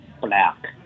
black